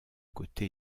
côté